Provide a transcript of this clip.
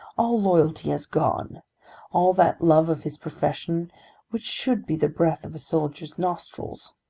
all loyalty has gone all that love of his profession which should be the breath of a soldier's nostrils.